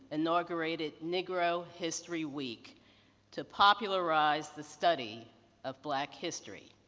inaugurated nigro history week to popularize the study of black history.